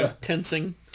tensing